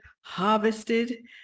harvested